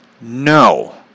No